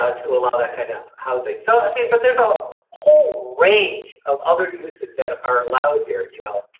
ah to allow that kind of housing. so, i mean, but there's a whole range of other uses that are allowed here, you know,